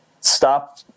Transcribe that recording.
stop